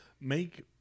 make